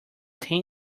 ten